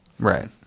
Right